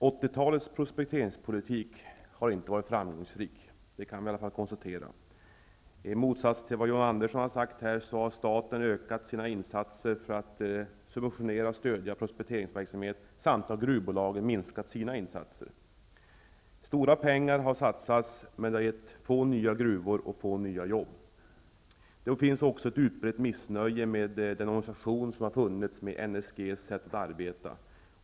Herr talman! Vi kan konstatera att 1980-talets prospekteringspolitik inte har varit framgångsrik. I motsats till vad John Andersson har sagt har staten ökat sina insatser för att subventionera och stödja prospekteringsverksamhet. Samtidigt har gruvbolagen minskat sina insatser. Stora pengar har satsats. Men det har gett få nya gruvor och få nya arbetstillfällen. Det finns också ett utbrett missnöje med organisationen och NSG:s sätt att arbeta.